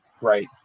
Right